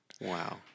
Wow